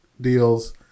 deals